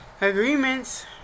agreements